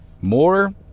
more